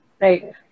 Right